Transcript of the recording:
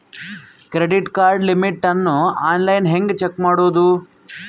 Credit card limit ಅನ್ನು online ಹೆಂಗ್ check ಮಾಡೋದು?